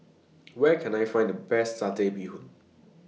Where Can I Find The Best Satay Bee Hoon